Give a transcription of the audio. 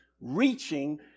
reaching